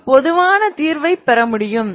நான் பொதுவான தீர்வைப் பெற முடியும்